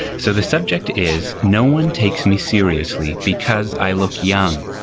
so the subject is no one takes me seriously because i look young.